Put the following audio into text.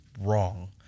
wrong